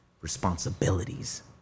responsibilities